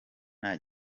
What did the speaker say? nta